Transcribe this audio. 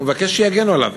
הוא מבקש שיגנו עליו.